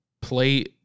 play –